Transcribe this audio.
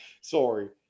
Sorry